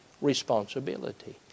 responsibility